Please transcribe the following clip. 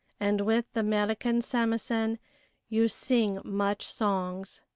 and with the merican samisen you sing much songs.